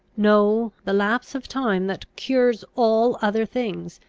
no the lapse of time, that cures all other things,